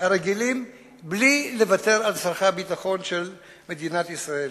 הרגילים בלי לוותר על צורכי הביטחון של מדינת ישראל.